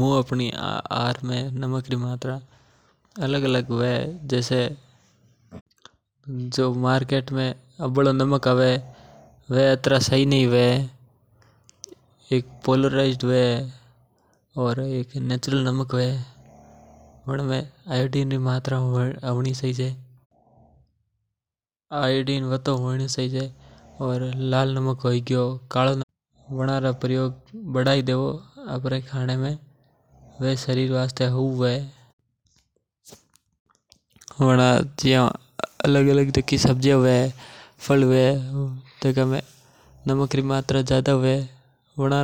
मू अपने आहार में नमक री मात्रा अलग-अलग हवे जियू मार्केट में अबलो नमक आवे वे अत्र सही नीं हवे। एक पॉलोराइज्ड और एक नैचुरल नमक हवे वणा में आयोडीन री मात्रा हवनी चाहिजे। लाल नमक है गियो कालो नमक है गियो वणा री मात्रा वदाई दो वे शरीर वास्ते हउ हुवे। जेस जिकी अलग-अलग सब्जिया हवे फल है गिया जिका में नमक री ज्यादा हवे वणा